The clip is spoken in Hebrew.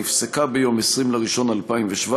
נפסקה ביום 20 בינואר 2017,